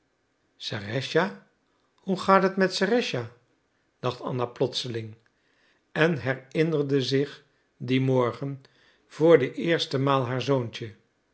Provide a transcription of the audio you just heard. serëscha hoe gaat het serëscha dacht anna plotseling en herinnerde zich dien morgen voor de eerste maal haar zoontje